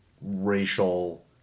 racial